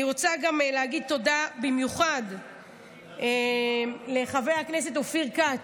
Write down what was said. אני רוצה לומר תודה במיוחד לחבר הכנסת אופיר כץ.